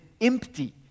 empty